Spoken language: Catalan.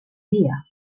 dia